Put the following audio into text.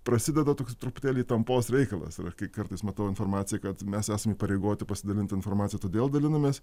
prasideda toks truputėlį tampos reikalas kai kartais matau informaciją kad mes esam įpareigoti pasidalinti informacija todėl dalinamės